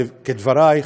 כדברייך,